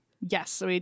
Yes